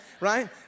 Right